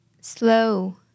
slow